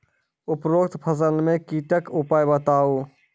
उपरोक्त फसल मे कीटक उपाय बताऊ?